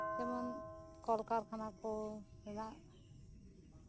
ᱡᱮᱢᱚᱱ ᱠᱚᱞᱠᱟᱨᱠᱷᱟᱱᱟ ᱠᱚ ᱢᱮᱱᱟᱜ ᱠᱟᱫᱟ